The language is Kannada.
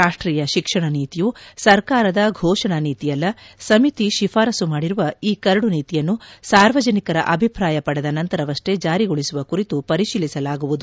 ರಾಷ್ಟೀಯ ಶಿಕ್ಷಣ ನೀತಿಯು ಸರ್ಕಾರದ ಘೋಷಣಾ ನೀತಿಯಲ್ಲ ಸಮಿತಿ ಶಿಫಾರಸು ಮಾಡಿರುವ ಈ ಕರದು ನೀತಿಯನ್ನು ಸಾರ್ವಜನಿಕರ ಅಭಿಪ್ರಾಯ ಪಡೆದ ನಂತರವಷ್ಷೇ ಜಾರಿಗೊಳಿಸುವ ಕುರಿತು ಪರಿಶೀಲಿಸಲಾಗುವುದು